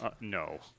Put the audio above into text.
No